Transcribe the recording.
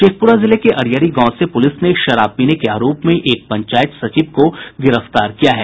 शेखपुरा जिले के अरियरी गांव से पुलिस ने शराब पीने के आरोप में एक पंचायत सचिव को गिरफ्तार किया है